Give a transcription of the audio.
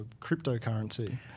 cryptocurrency